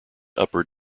upper